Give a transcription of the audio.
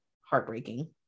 heartbreaking